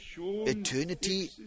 eternity